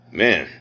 man